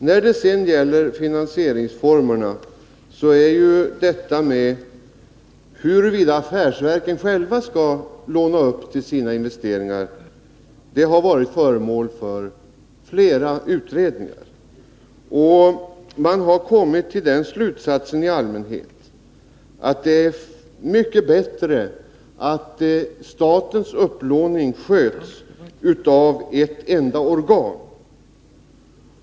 När det gäller finansieringsformerna har ju frågan om huruvida affärsverken själva skall låna upp till sina investeringar varit föremål för flera utredningar, och man har i allmänhet kommit till den slutsatsen att det är mycket bättre att statens upplåning sköts av ett enda organ.